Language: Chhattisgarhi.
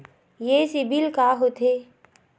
ये सीबिल का होथे?